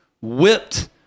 whipped